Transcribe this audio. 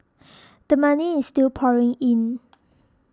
the money is still pouring in